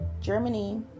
germany